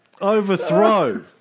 overthrow